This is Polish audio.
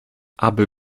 aby